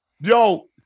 yo